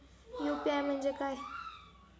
UPI म्हणजे काय?